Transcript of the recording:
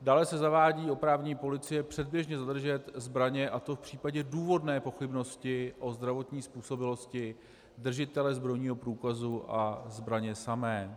Dále se zavádí oprávnění policie předběžně zadržet zbraně, a to v případě důvodné pochybnosti o zdravotní způsobilosti držitele zbrojního průkazu a zbraně samé.